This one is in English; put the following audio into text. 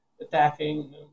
attacking